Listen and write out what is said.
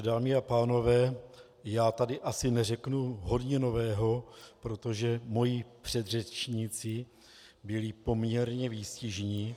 Dámy a pánové, já tady asi neřeknu hodně nového, protože moji předřečníci byli poměrně výstižní.